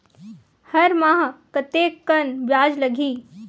हर माह कतेकन ब्याज लगही?